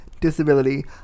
disability